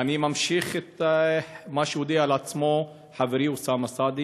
אני ממשיך את מה שהודיע על עצמו חברי אוסאמה סעדי.